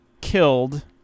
killed